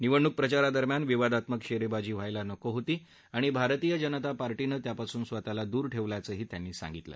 निवडणूक प्रचारादरम्यान विवादात्मक शेरेबाजी व्हायला नको होती आणि भारतीय जनता पार्टीनं त्यापासून स्वतःला दूर ठेवल्याचंही ते म्हणाले